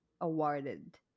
awarded